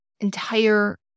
entire